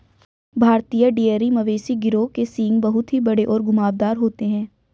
भारतीय डेयरी मवेशी गिरोह के सींग बहुत ही बड़े और घुमावदार होते हैं